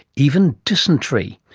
even dysentery.